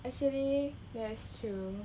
actually that's true